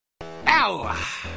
Ow